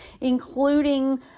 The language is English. including